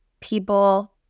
people